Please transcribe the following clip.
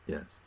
Yes